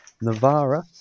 Navarra